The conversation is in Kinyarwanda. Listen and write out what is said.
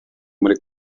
muri